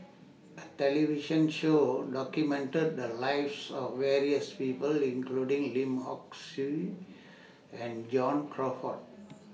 A television Show documented The Lives of various of People including Lim Hock Siew and John Crawfurd